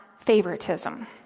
favoritism